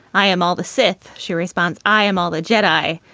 i am all the sith. she responds, i am all the jedi.